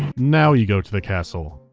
now you go to the castle.